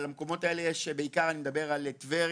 על המקומות האלה יש בעיקר אני מדבר על טבריה,